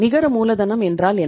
நிகர மூலதனம் என்றால் என்ன